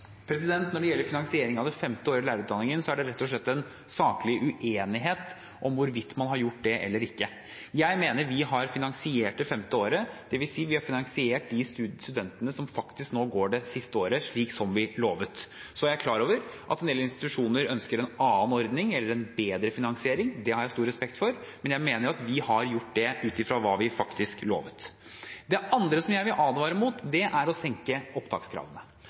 Når det gjelder finansiering av det femte året i lærerutdanningen, er det rett og slett en saklig uenighet om hvorvidt man har gjort det eller ikke. Jeg mener vi har finansiert det femte året, dvs. at vi har finansiert de studentene som faktisk nå går det siste året, slik som vi lovet. Så er jeg klar over at en del institusjoner ønsker en annen ordning eller en bedre finansiering. Det har jeg stor respekt for, men jeg mener at vi har gjort det, ut fra hva vi faktisk lovet. Det andre, som jeg vil advare mot, er å senke opptakskravene,